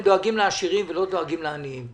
דואגים לעשירים ולא דואגים לעניים.